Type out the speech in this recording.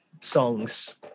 songs